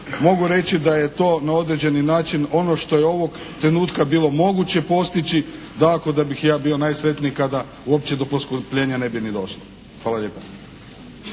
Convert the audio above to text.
Mogu reći da je to na određeni način ono što je ovog trenutka bilo moguće postići. Dakako da bih ja bio najsretniji kada uopće do poskupljenja ne bi ni došlo. Hvala lijepa.